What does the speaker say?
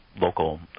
local